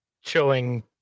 showing